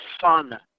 fun